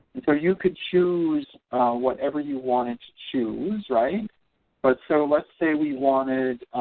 so you could choose whatever you want it to choose right but so let's say we wanted,